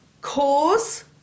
cause